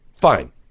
fine